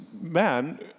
man